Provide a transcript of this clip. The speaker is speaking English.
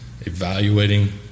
evaluating